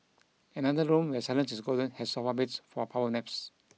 another room where silence is golden has sofa beds for power naps